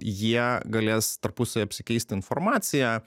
jie galės tarpusavy apsikeisti informacija